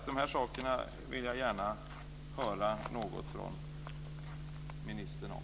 De här sakerna vill jag som sagt gärna höra något från ministern om.